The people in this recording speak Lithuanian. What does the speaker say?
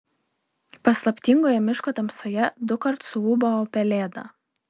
paslaptingoje miško tamsoje dukart suūbavo pelėda